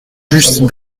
just